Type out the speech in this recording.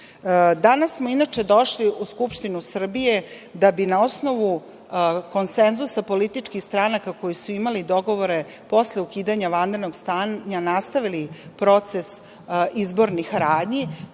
smo, inače, došli u Skupštinu Srbiju da bi, na osnovu konsenzusa političkih stranaka koje su imale dogovore posle ukidanja vanrednog stanja, nastavili proces izbornih radnji